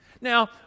Now